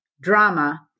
drama